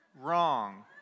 Wrong